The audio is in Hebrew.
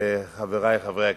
חברי חברי הכנסת,